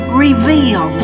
reveal